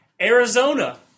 Arizona